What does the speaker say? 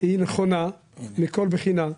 היא נכונה מכל בחינה.